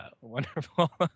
wonderful